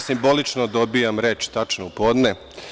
Simbolično dobijam reč tačno u podne.